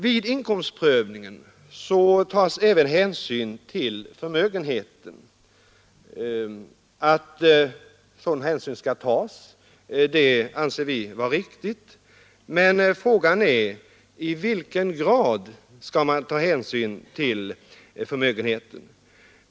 Vid inkomstprövningen tas även hänsyn till förmögenheten. Att detta sker anser vi vara riktigt, men frågan är: I vilken grad skall man ta hänsyn till förmögenheten?